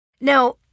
Now